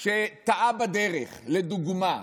שטעה בדרך, לדוגמה,